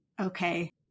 Okay